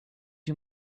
you